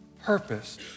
purpose